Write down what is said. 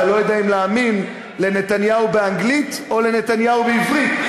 אתה לא יודע אם להאמין לנתניהו באנגלית או לנתניהו בעברית,